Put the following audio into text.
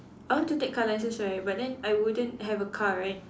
I want to take car licence right but then I wouldn't have a car right